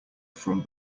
from